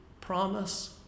promise